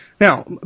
Now